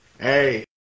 Hey